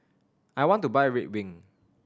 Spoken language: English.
I want to buy Ridwind